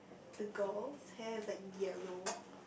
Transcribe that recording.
the girl's hair is like yellow